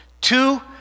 Two